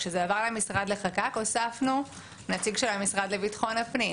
כשזה עבר למשרד לחק"ק הוספנו נציג של המשרד לביטחון הפנים.